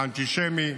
האנטישמי,